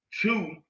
two